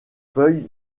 feuilles